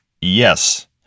Yes